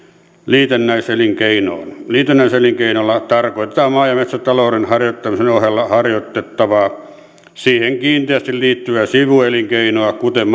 liitännäiselinkeinoon liitännäiselinkeinolla tarkoitetaan maa ja metsätalouden harjoittamisen ohella harjoitettavaa siihen kiinteästi liittyvää sivuelinkeinoa kuten